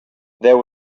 there